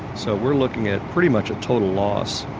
so we're looking at pretty much a total loss